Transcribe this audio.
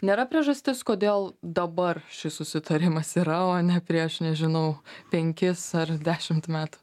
nėra priežastis kodėl dabar šis susitarimas yra o ne prieš nežinau penkis ar dešimt metų